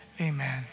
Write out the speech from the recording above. Amen